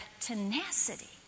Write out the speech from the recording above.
tenacity